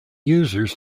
users